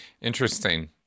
Interesting